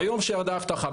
ביום שעד האבטחה,